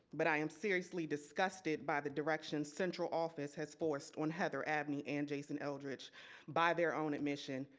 but i am seriously disgusted by the direction central office has forced on heather abney and jason eldredge by their own admission,